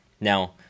now